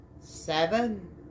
seven